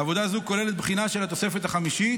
עבודה זו כוללת בחינה של התוספת החמישית